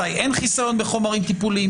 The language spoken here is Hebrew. מתי אין חיסיון בחומרים טיפוליים,